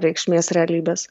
reikšmės realybės